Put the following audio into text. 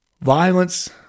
Violence